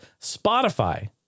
Spotify